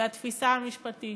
ואת התפיסה המשפטית.